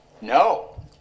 No